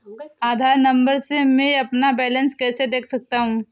आधार number से मैं अपना बैलेंस कैसे देख सकता हूँ?